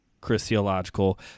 Christological